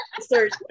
search